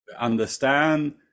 understand